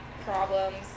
problems